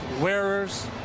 wearers